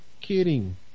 kidding